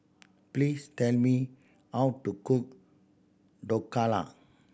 please tell me how to cook Dhokla